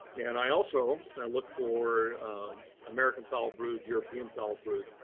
and i also look for american foulbrood, european foulbrood.